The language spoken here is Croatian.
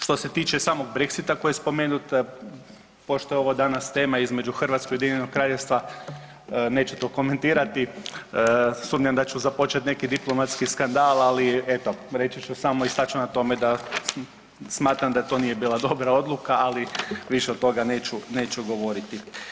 Što se tiče samog Brexita koji je spomenut, pošto je ovo danas tema između Hrvatske i Ujedinjenog Kraljevstva, neću to komentirati, sumnjam da ću započet neki diplomatski skandal, ali eto reći ću samo i stat ću na tome da smatram da to nije bila dobra odluka, ali više od toga neću, neću govoriti.